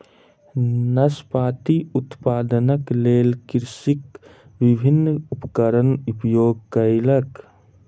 नाशपाती उत्पादनक लेल कृषक विभिन्न उपकरणक उपयोग कयलक